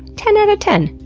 ten out of ten!